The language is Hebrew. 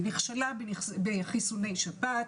היא נכשלה בחיסוני שפעת,